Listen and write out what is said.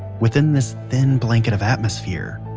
within this thin blanket of atmosphere.